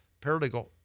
paralegal